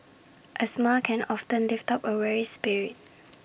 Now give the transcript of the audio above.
A smile can often lift up A weary spirit